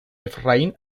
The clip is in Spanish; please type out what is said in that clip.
efraín